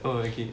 oh okay